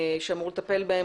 שאמור לטפל בהם,